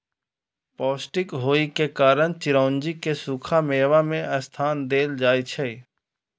पौष्टिक होइ के कारण चिरौंजी कें सूखा मेवा मे स्थान देल जाइ छै